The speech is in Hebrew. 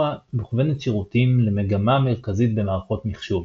מוכוונת שירותים למגמה מרכזית במערכות מחשוב.